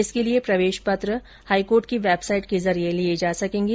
इसके लिए प्रवेश पत्र हाईकोर्ट की वेबसाइट के जरिए लिए जा सकेंगे